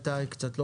איתי עצמון,